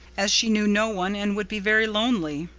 as she knew no one and would be very lonely.